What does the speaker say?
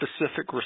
specific